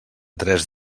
tres